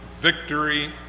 victory